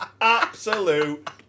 Absolute